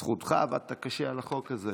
זכותך, עבדת קשה על החוק הזה,